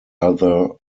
other